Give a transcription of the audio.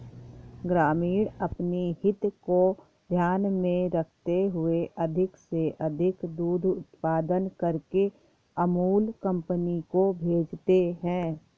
ग्रामीण अपनी हित को ध्यान में रखते हुए अधिक से अधिक दूध उत्पादन करके अमूल कंपनी को भेजते हैं